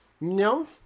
No